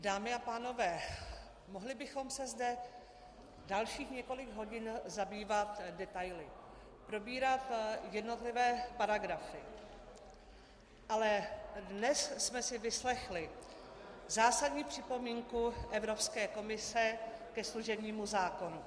Dámy a pánové, mohli bychom se zde dalších několik hodin zabývat detaily, probírat jednotlivé paragrafy, ale dnes jsme si vyslechli zásadní připomínku Evropské komise ke služebnímu zákonu.